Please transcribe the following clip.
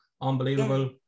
unbelievable